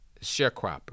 Sharecropper